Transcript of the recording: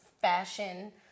fashion